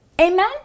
Amen